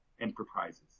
enterprises